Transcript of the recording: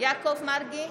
יעקב מרגי,